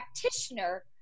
practitioner